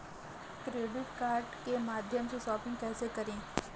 Credit card के माध्यम से शॉपिंग कैसे करें?